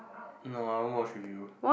no I won't watch with you